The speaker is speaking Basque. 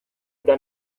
eta